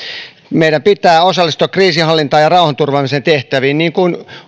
meidän pitää osallistua kriisinhallintaan ja rauhanturvaamisen tehtäviin niin kuin